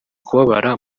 kubabara